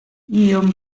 iom